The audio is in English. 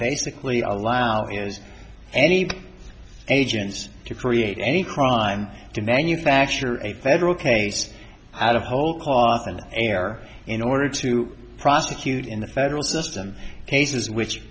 basically allow any agents to create any crime to manufacture a federal case out of whole cloth and air in order to prosecute in the federal system cases which